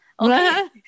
Okay